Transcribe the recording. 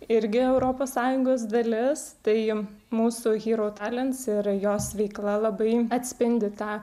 irgi europos sąjungos dalis tai mūsų hyro talents ir jos veikla labai atspindi tą